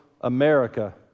America